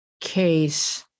case